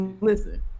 Listen